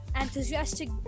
enthusiastic